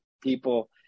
people